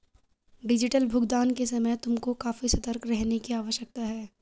digital भुगतान के समय तुमको काफी सतर्क रहने की आवश्यकता है